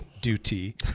duty